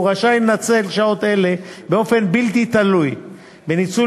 והוא רשאי לנצל שעות אלה באופן בלתי תלוי בניצול